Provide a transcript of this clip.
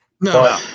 No